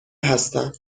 هستم